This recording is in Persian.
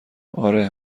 آره